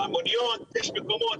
היום יש מקומות,